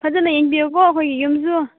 ꯐꯖꯅ ꯌꯦꯡꯕꯤꯌꯨꯀꯣ ꯑꯩꯈꯣꯏꯒꯤ ꯌꯨꯝꯁꯨ